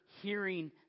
hearing